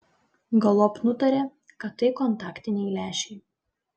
galop nutarė kad tai kontaktiniai lęšiai